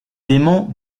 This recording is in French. démons